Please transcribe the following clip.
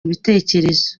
ibitekerezo